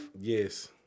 Yes